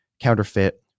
counterfeit